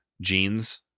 jeans